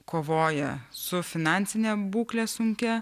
kovoja su finansine būkle sunkia